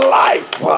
life